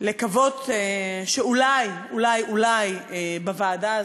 ולקוות שאולי אולי אולי בוועדה הזאת,